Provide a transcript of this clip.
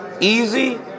Easy